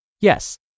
Yes